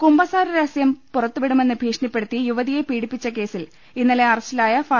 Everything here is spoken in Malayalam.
കുമ്പസാര രഹസ്യം പുറത്തുവിടുമെന്ന് ഭീഷണിപ്പെടുത്തി യുവതിയെ പീഡിപ്പിച്ച കേസിൽ ഇന്നലെ അറസ്റ്റിലായ ഫാ